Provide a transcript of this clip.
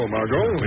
Margot